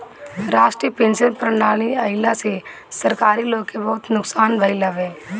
राष्ट्रीय पेंशन प्रणाली आईला से सरकारी लोग के बहुते नुकसान भईल हवे